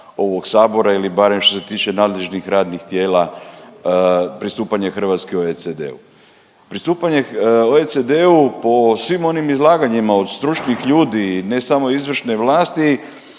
ovog Sabora ili barem što se tiče nadležnih radnih tijela pristupanje Hrvatske OECD-u. Pristupanje OECD-u po svim onim izlaganjima od stručnih ljudi i ne samo izvršne vlasti